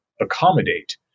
accommodate